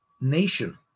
nation